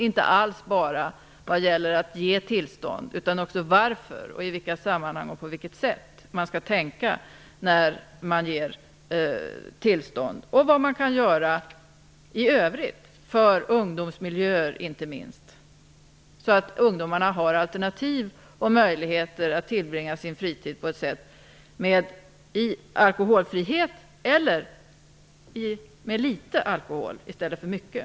Det gäller inte alls att bara ge tillstånd utan också varför, i vilka sammanhang och på vilket sätt man skall tänka när man ger tillstånd, vad man kan göra i övrigt för inte minst ungdomsmiljöer så att ungdomarna har alternativ och möjligheter att tillbringa sin fritid i alkoholfrihet eller med litet alkohol i stället för mycket.